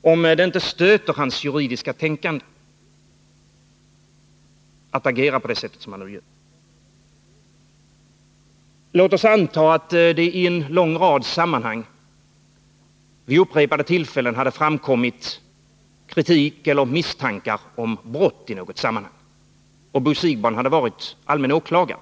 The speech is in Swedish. om det inte stöter hans juridiska tänkande att agera på det sätt som han nu gör. Låt oss anta att det i en lång rad sammanhang vid upprepade tillfällen framkommit kritik eller misstanke om brott och Bo Siegbahn varit allmän åklagare.